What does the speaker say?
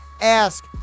Ask